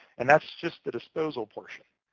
and that's just the disposal portion.